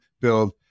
build